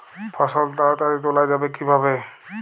ফসল তাড়াতাড়ি তোলা যাবে কিভাবে?